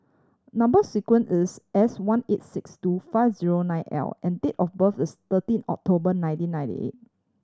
number sequence is S one eight six two five zero nine L and date of birth is thirteen October nineteen ninety eight